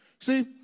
See